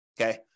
Okay